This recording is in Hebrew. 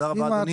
תודה רבה אדוני.